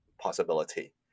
possibility